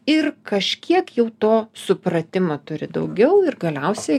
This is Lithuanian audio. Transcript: ir kažkiek jau to supratimo turi daugiau ir galiausi